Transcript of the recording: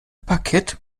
parkett